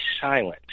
silent